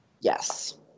Yes